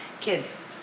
Kids